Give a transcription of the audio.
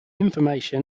information